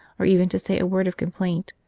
or even to say a word of complaint,